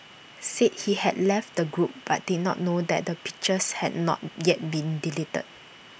said he had left the group but did not know that the pictures had not yet been deleted